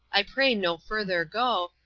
i pray no further go,